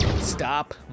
Stop